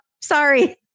Sorry